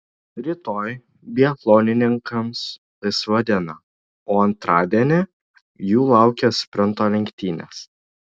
rytoj biatlonininkams laisva diena o antradienį jų laukia sprinto lenktynės